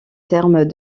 terme